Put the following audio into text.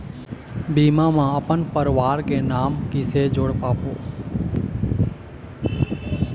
बीमा म अपन परवार के नाम किसे जोड़ पाबो?